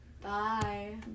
Bye